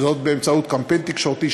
וזאת באמצעות קמפיין תקשורתי,